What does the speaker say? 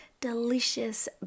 delicious